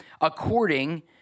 According